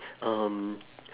um